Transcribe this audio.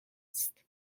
است